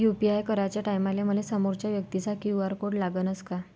UPI कराच्या टायमाले मले समोरच्या व्यक्तीचा क्यू.आर कोड लागनच का?